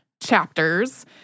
chapters